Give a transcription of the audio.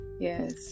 yes